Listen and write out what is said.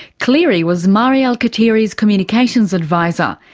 cleary was mari alkatiri's communications advisor,